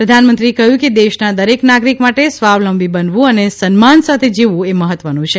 પ્રધાનમંત્રીએ કહ્યું કે દેશના દરેક નાગરિક માટે સ્વાવલંબી બનવું અને સન્માન સાથે જીવવું એ મહત્વનું છે